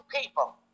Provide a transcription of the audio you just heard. people